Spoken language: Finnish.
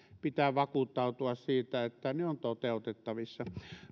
pitää vakuuttautua siitä että ne ovat toteutettavissa